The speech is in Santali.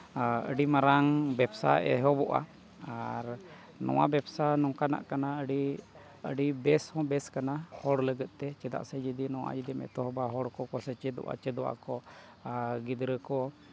ᱟᱹᱰᱤ ᱢᱟᱨᱟᱝ ᱵᱮᱵᱽᱥᱟ ᱮᱦᱚᱵᱚᱜᱼᱟ ᱟᱨ ᱱᱚᱣᱟ ᱵᱮᱵᱽᱥᱟ ᱱᱚᱝᱠᱟᱱᱟᱜ ᱠᱟᱱᱟ ᱟᱹᱰᱤ ᱟᱹᱰᱤ ᱵᱮᱥ ᱦᱚᱸ ᱵᱮᱥ ᱠᱟᱱᱟ ᱦᱚᱲ ᱞᱟᱹᱜᱤᱫ ᱛᱮ ᱪᱮᱫᱟᱜ ᱥᱮ ᱱᱚᱣᱟ ᱡᱩᱫᱤᱢ ᱮᱛᱚᱦᱚᱵᱟ ᱦᱚᱲ ᱠᱚᱠᱚ ᱥᱮᱪᱮᱫᱚᱜᱼᱟ ᱪᱮᱫᱚᱜᱼᱟ ᱠᱚ ᱟᱨ ᱜᱤᱫᱽᱨᱟᱹ ᱠᱚ